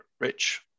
Rich